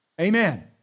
Amen